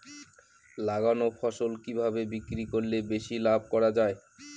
লাগানো ফসল কিভাবে বিক্রি করলে বেশি লাভ করা যায়?